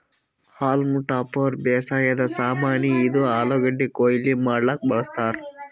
haulm topper ಬೇಸಾಯದ್ ಸಾಮಾನಿ, ಇದು ಆಲೂಗಡ್ಡಿ ಕೊಯ್ಲಿ ಮಾಡಕ್ಕ್ ಬಳಸ್ತಾರ್